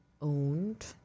owned